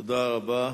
תודה רבה.